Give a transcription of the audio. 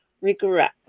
regret